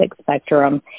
spectrum